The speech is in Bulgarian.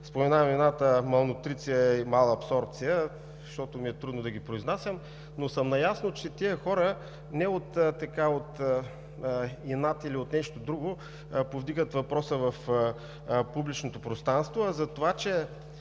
споменавам имената – малнутриция и малабсорбция, защото ми е трудно да ги произнасям. Наясно съм, че тези хора не от инат или от нещо друго повдигат въпроса в публичното пространство, а затова че